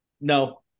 No